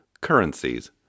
currencies